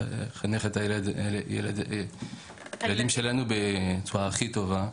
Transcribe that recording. הילדים שלנו בצורה הכי טובה.